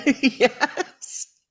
Yes